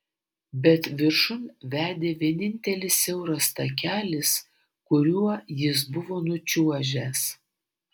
bet viršun vedė vienintelis siauras takelis kuriuo jis buvo nučiuožęs